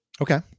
Okay